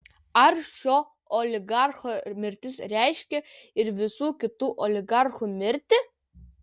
ar šio oligarcho mirtis reiškia ir visų kitų oligarchų mirtį